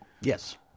Yes